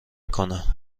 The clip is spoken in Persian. کنه